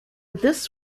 this